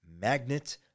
magnet